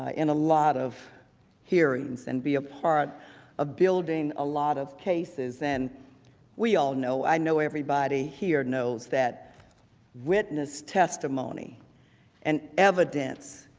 in a lot of hearings and be a part of building a lot of cases and we all know i know everybody here knows that witness testimony and evidence